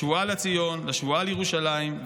לשבועה לציון, לשבועה לירושלים.